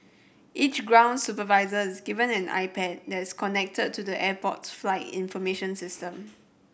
each ground supervisor is given an iPad that's connected to the airport's flight information system